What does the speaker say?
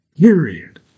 Period